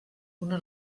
una